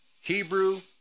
Hebrew